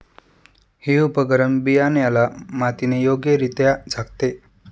हे उपकरण बियाण्याला मातीने योग्यरित्या झाकते